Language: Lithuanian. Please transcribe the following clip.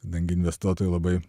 kadangi investuotojai labai